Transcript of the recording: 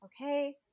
okay